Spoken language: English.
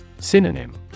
Synonym